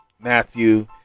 Matthew